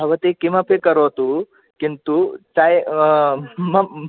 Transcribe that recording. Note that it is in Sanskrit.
भवति किमपि करोतु किन्तु मम